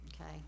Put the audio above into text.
okay